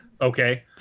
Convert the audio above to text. Okay